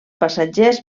passatgers